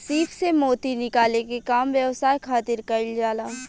सीप से मोती निकाले के काम व्यवसाय खातिर कईल जाला